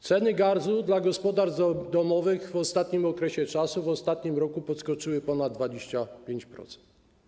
Ceny gazu dla gospodarstw domowych w ostatnim okresie, w ostatnim roku podskoczyły o ponad 25%.